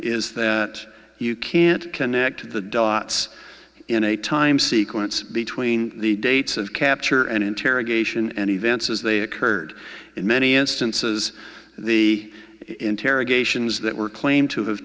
is that you can't connect the dots in a time sequence between the dates of capture and interrogation and events as they occurred in many instances the interrogations that were claimed to have